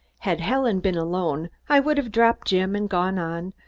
had helen been alone, i would have dropped jim and gone on,